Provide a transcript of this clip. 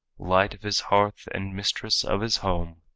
light of his hearth and mistress of his home,